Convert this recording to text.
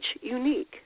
unique